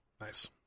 Nice